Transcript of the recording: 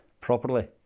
properly